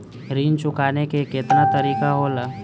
ऋण चुकाने के केतना तरीका होला?